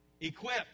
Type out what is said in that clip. equipped